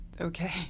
Okay